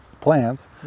plants